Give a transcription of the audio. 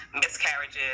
miscarriages